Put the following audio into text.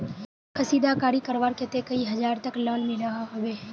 कशीदाकारी करवार केते कई हजार तक लोन मिलोहो होबे?